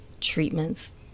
treatments